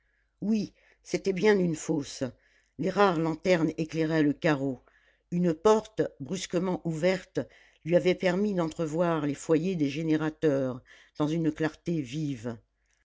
oui c'était bien une fosse les rares lanternes éclairaient le carreau une porte brusquement ouverte lui avait permis d'entrevoir les foyers des générateurs dans une clarté vive